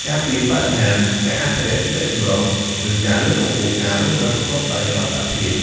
ការពារបរិស្ថាន ការអភិរក្សជីវចម្រុះ និងការលើកកម្ពស់ការរស់នៅប្រកបដោយនិរន្តរភាព។